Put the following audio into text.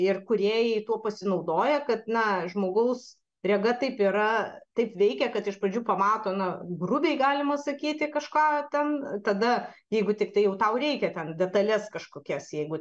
ir kūrėjai tuo pasinaudoja kad na žmogaus rega taip yra taip veikia kad iš pradžių pamato na grubiai galima sakyti kažką ten tada jeigu tiktai jau tau reikia ten detales kažkokias jeigu